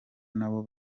nabo